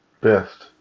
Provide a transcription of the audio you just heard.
best